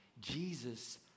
Jesus